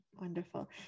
Wonderful